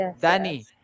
Danny